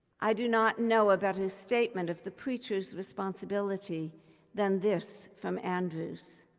i do not know about his statement of the preacher's responsibility than this from andrewes.